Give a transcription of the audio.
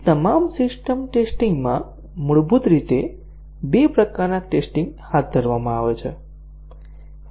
તમામ system testing માં મૂળભૂત રીતે બે પ્રકારના ટેસ્ટીંગ હાથ ધરવામાં આવે છે